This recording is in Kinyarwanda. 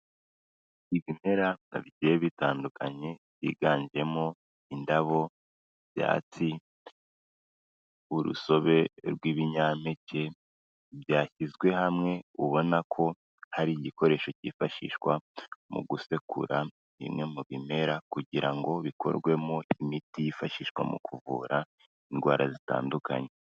Ibimera bigiye bitandukanye, higanjemo indabo, ibyatsi, urusobe rw'ibinyampeke, byashyizwe hamwe, ubona ko hari igikoresho cyifashishwa mu gusekura bimwe mu bimera, kugira ngo bikorwemo imiti yifashishwa mu kuvura indwara zitandukanye.